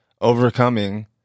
overcoming